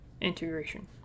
integration